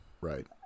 Right